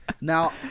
Now